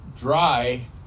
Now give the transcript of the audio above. dry